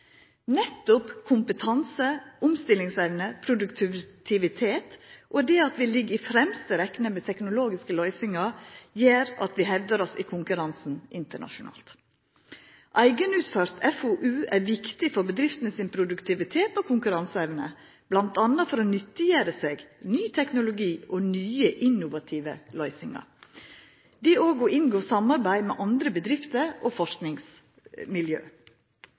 Nettopp kompetanse, omstillingsevne, produktivitet og det at vi ligg i framste rekke med teknologiske løysingar, gjer at vi hevdar oss i konkurransen internasjonalt. Eigenutført FoU er viktig for bedriftene sin produktivitet og konkurranseevne, bl.a. for å nyttiggjera seg ny teknologi og nye innovative løysingar. Det er òg å inngå samarbeid med andre bedrifter og forskingsmiljø.